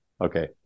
Okay